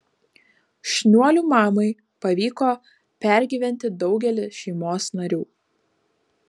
šniuolių mamai pavyko pergyventi daugelį šeimos narių